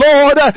Lord